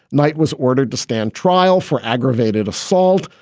knight was ordered to stand trial for aggravated assault.